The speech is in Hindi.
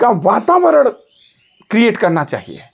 का वातावरण क्रिएट करना चाहिए